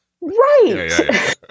Right